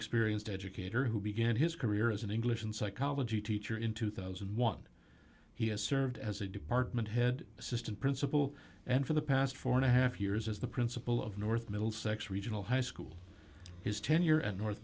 experienced educator who began his career as an english and psychology teacher in two thousand and one he has served as a department head assistant principal and for the past four and a half years as the principal of north middlesex regional high school his tenure at north